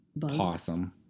Possum